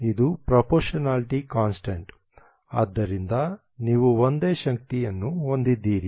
ಇದು proportionality constant ಆದ್ದರಿಂದ ನೀವು ಒಂದೇ ಶಕ್ತಿಯನ್ನು ಹೊಂದಿದ್ದೀರಿ